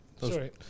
Sorry